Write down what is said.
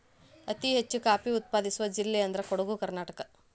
ಅತಿ ಹೆಚ್ಚು ಕಾಫಿ ಉತ್ಪಾದಿಸುವ ಜಿಲ್ಲೆ ಅಂದ್ರ ಕೊಡುಗು ಕರ್ನಾಟಕ